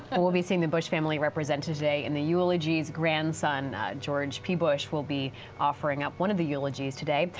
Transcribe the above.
and we'll be seeing the bush family represent today in the eulogies, grandson george p. bush will be offering ah one of the eulogies today.